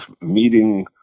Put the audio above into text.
meeting